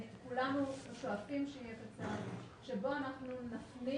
כולנו שואפים שהוא יהיה קצר בו אנחנו נפנים